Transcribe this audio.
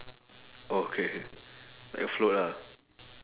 okay like float lah